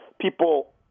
people